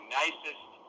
nicest